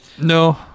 No